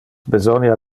besonia